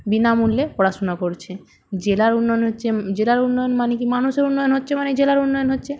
বিনামূল্যে পড়াশুনা করছে জেলার উন্নয়ন হচ্ছে জেলার উন্নয়ন মানে কী মানুষের উন্নয়ন হচ্ছে মানেই জেলার উন্নয়ন হচ্ছে